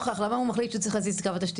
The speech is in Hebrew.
למה הוא מחליט שצריך להזיז את קו התשתית?